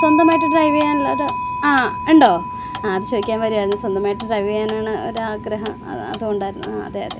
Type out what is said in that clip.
സ്വന്തമായിട്ട് ഡ്രൈവ് ചെയ്യാനുള്ള ഒരു ആ ഉണ്ടോ അത് ചോദിക്കാൻ വരുകയായിരുന്നു സ്വന്തമായിട്ട് ഡ്രൈവ് ചെയ്യാനാണ് ഒരു ആഗ്രഹം അതുണ്ടായിരുന്നു അതെ അതെ